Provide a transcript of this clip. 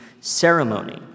ceremony